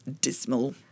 dismal